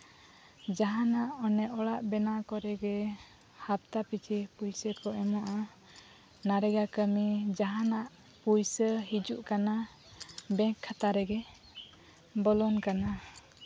ᱡᱟᱦᱟᱱᱟᱜ ᱚᱱᱮ ᱚᱲᱟᱜ ᱵᱮᱱᱟᱣ ᱠᱚᱨᱮᱜᱮ ᱦᱟᱯᱛᱟ ᱯᱤᱴᱷᱟᱹ ᱯᱩᱭᱥᱟᱹ ᱠᱚ ᱮᱢᱚᱜᱼᱟ ᱠᱟᱹᱢᱤ ᱡᱟᱦᱟᱱᱟᱜ ᱯᱩᱭᱥᱟᱹ ᱦᱤᱡᱩᱜ ᱠᱟᱱᱟ ᱵᱮᱝᱠ ᱠᱷᱟᱛᱟ ᱨᱮᱜᱮ ᱵᱚᱞᱚᱱ ᱠᱟᱱᱟ